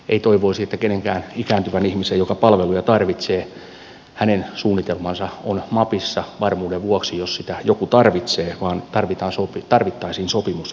ei toivoisi kenenkään ikääntyvän ihmisen joka palveluja tarvitsee suunnitelman olevan mapissa varmuuden vuoksi jos sitä joku tarvitsee vaan tarvittaisiin sopimus jolla palveluista sovitaan